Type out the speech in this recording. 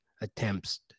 attempts